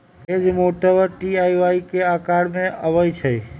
hedge mower T आ Y के अकार में अबई छई